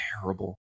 terrible